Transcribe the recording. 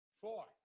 Four